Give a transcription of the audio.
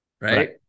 right